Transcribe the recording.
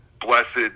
blessed